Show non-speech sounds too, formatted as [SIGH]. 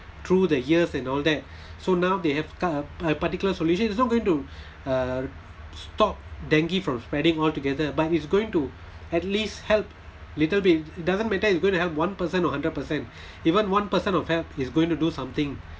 through the years and all that [BREATH] so now they have a particular solution it's not going to [BREATH] uh stop dengue from spreading altogether but it's going to [BREATH] at least help little bit doesn't matter it's going to help one percent or hundred percent [BREATH] even one percent of help is going to do something